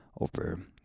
over